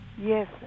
Yes